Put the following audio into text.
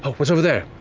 oh, what's over there?